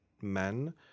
men